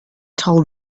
told